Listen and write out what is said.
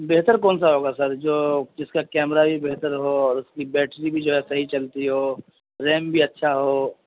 بہتر کون سا ہوگا سر جو جس کا کیمرا بھی بہتر ہو اور اس کی بیٹری بھی جو ہے صحیح چلتی ہو ریم بھی اچھا ہو